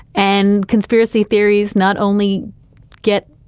and conspiracy theories not only get.